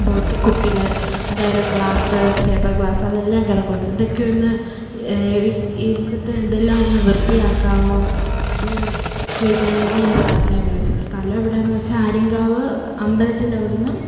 ബോട്ടിൽ കുപ്പികൾ അതേപോലെ glass paper glass അതെല്ലാം കിടപ്പുണ്ട് ഇതൊക്കെ ഒന്ന് ഇവിടുത്തെ ഇതെല്ലാം ഒന്ന് വൃത്തിയാക്കാമോ അത് ചോദിക്കാനായിരുന്നു ഞാൻ സാറിനെ വിളിച്ചത് സ്ഥലം എവിടെയെന്ന് വെച്ചാൽ ആര്യങ്കാവ് അമ്പലത്തിൻ്റെ അവിടെനിന്നും